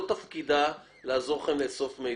לא לעזור לכם לאסוף מידע.